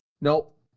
Nope